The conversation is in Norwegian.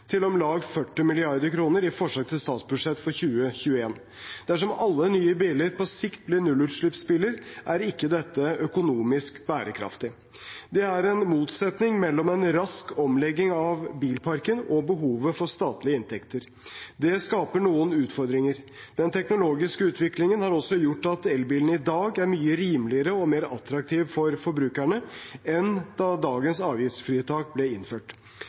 til om lag 40 mrd. kr i forslag til statsbudsjett for 2021. Dersom alle nye biler på sikt blir nullutslippsbiler, er ikke dette økonomisk bærekraftig. Det er en motsetning mellom en rask omlegging av bilparken og behovet for statlige inntekter. Det skaper noen utfordringer. Den teknologiske utviklingen har også gjort at elbilene i dag er mye rimeligere og mer attraktive for forbrukerne enn da dagens avgiftsfritak ble innført.